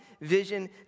Vision